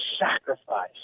sacrifice